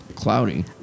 cloudy